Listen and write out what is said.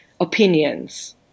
opinions